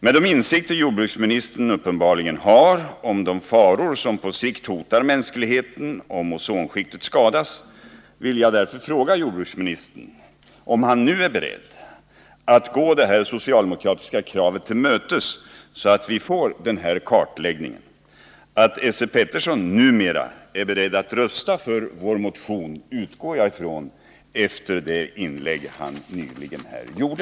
Med de insikter jordbruksministern uppenbarligen har om de faror som på sikt hotar mänskligheten om ozonskiktet skadas vill jag därför fråga jordbruksministern om han nu är beredd att gå det här socialdemokratiska kravet till mötes, så att vi får den begärda kartläggningen. Att Esse Petersson numera är beredd att rösta för vår motion utgår jag från efter det inlägg han nyss gjorde.